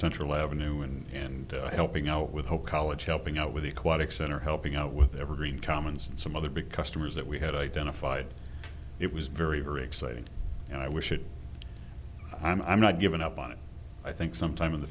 central avenue and helping out with the college helping out with the aquatic center helping out with evergreen commons and some other big customers that we had identified it was very very exciting and i wish it i'm not given up on it i think sometime in the